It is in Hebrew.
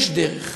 יש דרך.